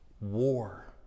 war